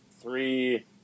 three